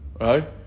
right